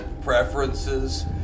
preferences